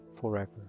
forever